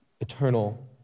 eternal